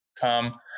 Come